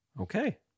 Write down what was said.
Okay